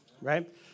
right